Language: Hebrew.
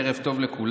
ערב טוב לכולם,